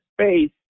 space